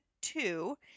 two